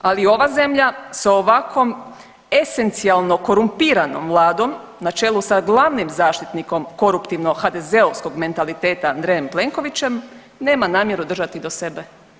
Ali, ova zemlja sa ovakom esencijalno korumpiranom vladom na čelu sa glavnim zaštitnikom koruptivno-HDZ-ovskog mentaliteta Andrejem Plenkovićem, nema namjeru držati do sebe.